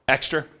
Extra